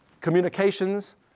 communications